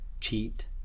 cheat